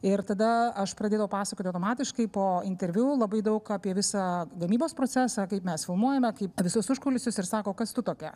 ir tada aš pradėdavau pasakoti automatiškai po interviu labai daug apie visą gamybos procesą kaip mes filmuojame kaip visus užkulisius ir sako kas tu tokia